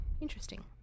interesting